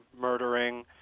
murdering